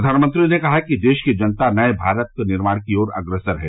प्रधानमंत्री ने कहा कि देश की जनता नये भारत के निर्माण की ओर अग्रसर है